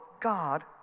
God